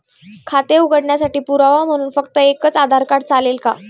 खाते उघडण्यासाठी पुरावा म्हणून फक्त एकच आधार कार्ड चालेल का?